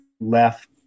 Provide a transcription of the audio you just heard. left